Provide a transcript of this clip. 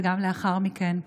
וגם לאחר מכן.